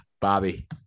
Bobby